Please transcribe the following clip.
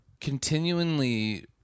continually